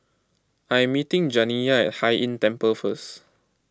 I am meeting Janiyah at Hai Inn Temple first